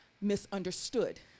misunderstood